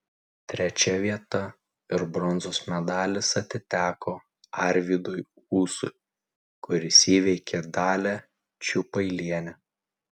trečia vieta ir bronzos medalis atiteko arvydui ūsui kuris įveikė dalią čiupailienę